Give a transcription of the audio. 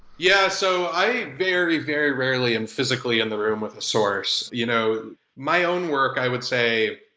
yeah. so i very very rarely am physically in the room with a source. you know my own work, i would say,